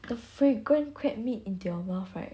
the fragrant crab meat into your mouth right